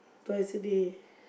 twice a day